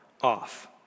off